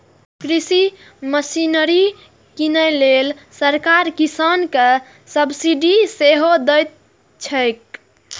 कृषि मशीनरी कीनै लेल सरकार किसान कें सब्सिडी सेहो दैत छैक